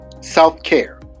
self-care